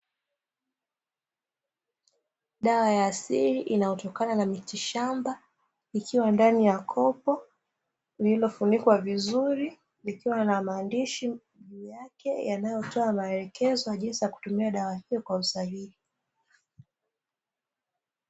Dawa ya asili inayotokana na mitishamba, ikiwa ndani ya kopo lililofunikwa vizuri, likiwa na maandishi juu yake yanayotoa maelekezo ya jinsi ya kutumia dawa hiyo kwa usahihi.